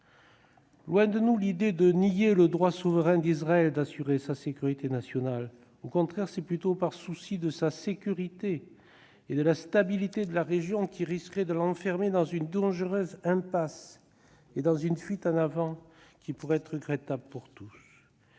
Loin de nous l'idée de nier le droit souverain d'Israël à assurer sa sécurité nationale. Au contraire, c'est plutôt par souci de sa sécurité et de la stabilité de la région : cette décision risquerait de l'enfermer dans une dangereuse impasse et dans une fuite en avant qui pourraient être regrettables pour tous.